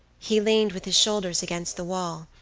he leaned with his shoulders against the wall,